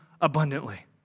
abundantly